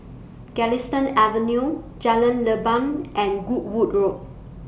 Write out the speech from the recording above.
Galistan Avenue Jalan Leban and Goodwood Road